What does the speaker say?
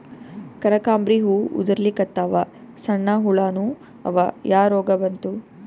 ಕನಕಾಂಬ್ರಿ ಹೂ ಉದ್ರಲಿಕತ್ತಾವ, ಸಣ್ಣ ಹುಳಾನೂ ಅವಾ, ಯಾ ರೋಗಾ ಬಂತು?